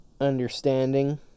understanding